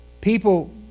people